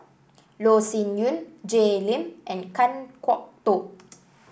Loh Sin Yun Jay Lim and Kan Kwok Toh